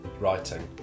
writing